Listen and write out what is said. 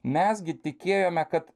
mes gi tikėjome kad